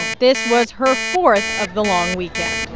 this was her fourth of the long weekend